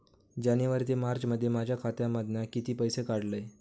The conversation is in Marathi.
जानेवारी ते मार्चमध्ये माझ्या खात्यामधना किती पैसे काढलय?